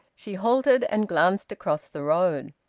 she halted, and glanced across the road.